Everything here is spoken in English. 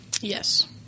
Yes